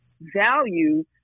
value